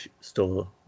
store